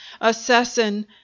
Assassin